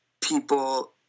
people